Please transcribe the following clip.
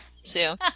Sue